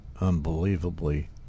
unbelievably